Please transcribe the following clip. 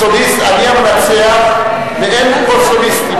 הסוליסט, אני המנצח ואין פה סוליסטים.